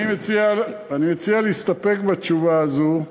אני מציע להסתפק בתשובה הזו.